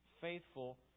Faithful